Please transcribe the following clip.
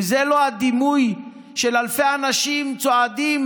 אם זה לא הדימוי של אלפי אנשים צועדים